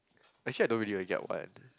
actually I don't really will get one